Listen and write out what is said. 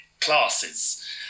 classes